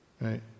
right